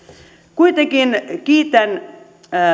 kuitenkin kiitän